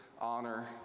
honor